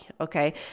okay